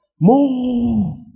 More